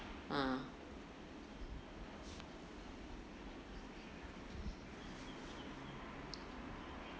ah